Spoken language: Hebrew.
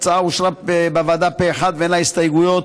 ההצעה אושרה בוועדה פה אחד ואין לה הסתייגויות,